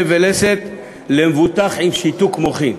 פה ולסת למבוטח עם שיתוק מוחין.